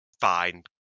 fine